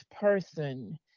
person